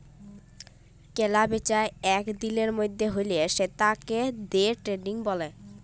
কেলা বেচা এক দিলের মধ্যে হ্যলে সেতাকে দে ট্রেডিং ব্যলে